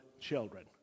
children